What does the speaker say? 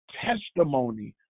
testimony